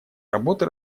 работы